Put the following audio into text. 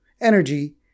energy